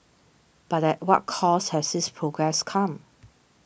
but at what cost has this progress come